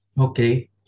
Okay